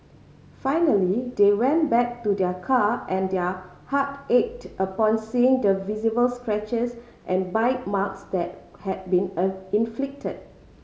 finally they went back to their car and their heart ached upon seeing the visible scratches and bite marks that had been a inflicted